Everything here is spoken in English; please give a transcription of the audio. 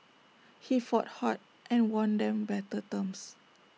he fought hard and won them better terms